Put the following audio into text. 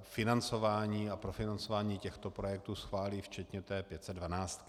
financování a profinancování těchto projektů schválí, včetně té pětsetdvanáctky.